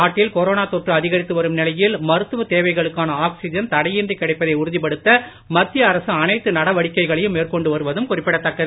நாட்டில் கொரோனா தொற்று அதிகரித்து வரும் நிலையில் மருத்துவ தேவைகளுக்கான ஆக்சிஜன் தடையின் கிடைப்பதை உறுதிப்படுத்த மத்திய அரசு அனைத்து நடவடிக்கைகளையும் மேற்கொண்டு வருவதும் குறிப்பிடத் தக்கது